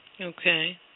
Okay